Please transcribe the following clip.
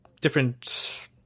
different